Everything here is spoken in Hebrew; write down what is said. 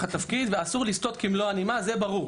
התפקיד ואסור לסטות כמלוא הנימה זה ברור.